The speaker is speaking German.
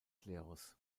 klerus